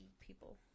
people